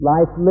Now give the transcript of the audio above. Life